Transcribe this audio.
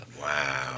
Wow